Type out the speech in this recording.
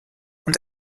und